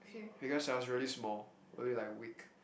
because I was really small really like weak